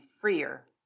freer